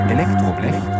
Elektroblech